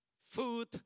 food